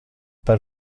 per